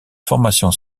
formation